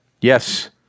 Yes